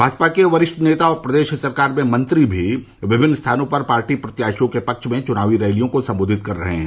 भाजपा के वरिष्ठ नेता और प्रदेश सरकार के मंत्री भी विभिन्न स्थानों पर पार्टी प्रत्याशियों के पक्ष में चुनावी रैलियों को संबोधित कर रहे है